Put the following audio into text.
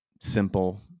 simple